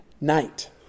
night